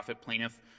plaintiff